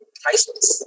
priceless